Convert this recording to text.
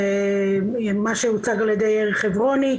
מה שהוצג על ידי יאיר חברוני,